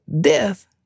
death